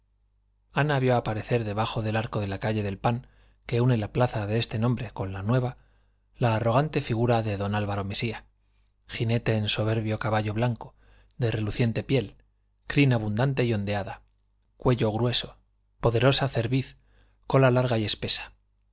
espolón ana vio aparecer debajo del arco de la calle del pan que une la plaza de este nombre con la nueva la arrogante figura de don álvaro mesía jinete en soberbio caballo blanco de reluciente piel crin abundante y ondeada cuello grueso poderosa cerviz cola larga y espesa